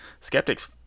skeptics